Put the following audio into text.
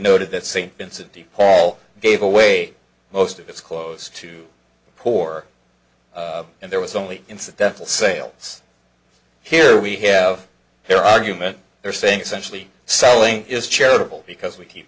noted that saint vincent de paul gave away most of its clothes to poor and there was only incidental sales here we have their argument they're saying essentially selling is charitable because we keep